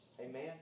Amen